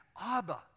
Abba